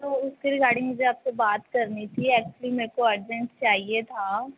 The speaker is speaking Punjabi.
ਸੋ ਉਸਕੇ ਰਿਕਾਰਡਿੰਗ ਮੁਝੇ ਆਪਸੇ ਬਾਤ ਕਰਨੀ ਥੀ ਐਚੁਅਲੀ ਮੇਰੇ ਕੋ ਅਰਜੈਂਟ ਚਾਹੀਏ ਥਾ